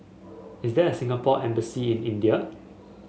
is there a Singapore Embassy in India